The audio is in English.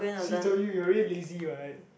see told you are really lazy what